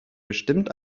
bestimmt